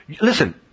Listen